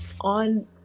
on